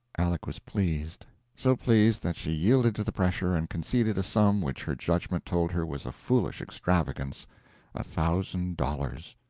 aleck was pleased so pleased that she yielded to the pressure and conceded a sum which her judgment told her was a foolish extravagance a thousand dollars.